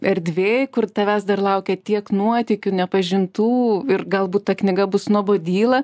erdvėj kur tavęs dar laukia tiek nuotykių nepažintų ir galbūt ta knyga bus nuobodyla